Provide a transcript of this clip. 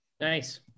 nice